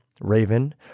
Raven